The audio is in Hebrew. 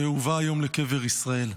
שהובא היום לקבר ישראל.